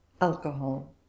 alcohol